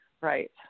right